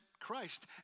Christ